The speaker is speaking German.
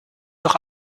doch